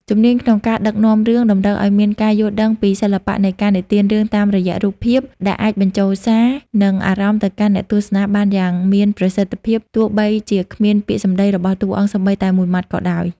ជំនាញក្នុងការដឹកនាំរឿងតម្រូវឱ្យមានការយល់ដឹងពីសិល្បៈនៃការនិទានរឿងតាមរយៈរូបភាព ដែលអាចបញ្ជូនសារ និងអារម្មណ៍ទៅកាន់អ្នកទស្សនាបានយ៉ាងមានប្រសិទ្ធភាព ទោះបីជាគ្មានពាក្យសម្ដីរបស់តួអង្គសូម្បីតែមួយម៉ាត់ក៏ដោយ។